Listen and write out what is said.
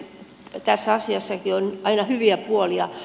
tässä asiassakin on aina hyviä puolia